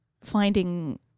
finding